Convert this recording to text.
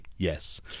yes